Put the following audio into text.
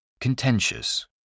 Contentious